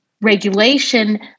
regulation